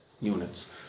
units